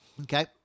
Okay